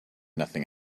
nothing